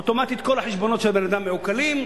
אוטומטית כל החשבונות של הבן-אדם מעוקלים,